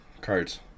cards